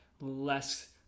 less